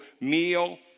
meal